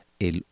El